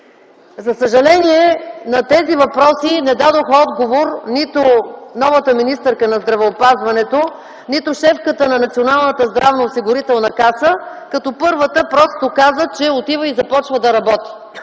За съжаление на тези въпроси не дадоха отговор нито новата министърка на здравеопазването, нито шефката на Националната здравноосигурителна каса. Първата просто каза, че отива и започва да работи.